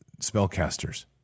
spellcasters